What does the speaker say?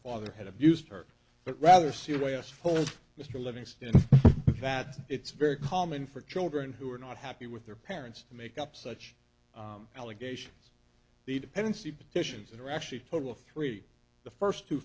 father had abused her but rather see the way i suppose mr livingston that it's very common for children who are not happy with their parents to make up such allegations the dependency petitions that are actually total three the first to